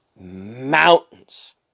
mountains